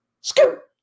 scoop